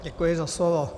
Děkuji za slovo.